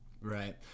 Right